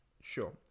Sure